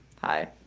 hi